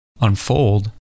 unfold